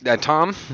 Tom